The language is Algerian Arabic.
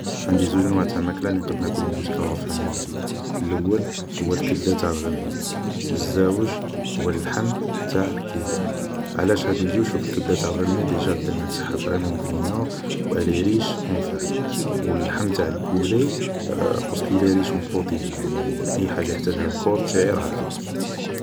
عندي زوج انواع تاع الماكلة لي نقد ناكلهم جوسكا لافان دو ما في لول هو الكبدة تاع الغنمي و الزاوج هو اللحم تاع البولي علاش هادو زوج, شوف الكبدة تاع الغنمي البنة تاعها فريمون بنينة و آلي ريش او فار و اللحم تاع البولي باسكو ريش او بروتيين يعني اي حاجة بحتاجها الكور تاعي راهي فيه